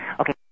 Okay